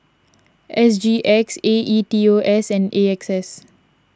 S G X A E T O S and A X S